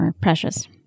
precious